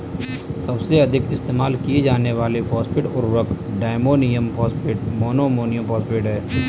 सबसे अधिक इस्तेमाल किए जाने वाले फॉस्फेट उर्वरक diammonium phosphate, mono ammonium phosphate हैं